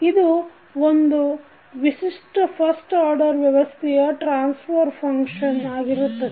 ಇದು ಒಂದು ವಿಶಿಷ್ಟ ಫಸ್ಟ್ ಆರ್ಡರ್ ವ್ಯವಸ್ಥೆಯ ಟ್ರಾನ್ಸಫರ್ ಫಂಕ್ಷನ್ ಆಗಿರುತ್ತದೆ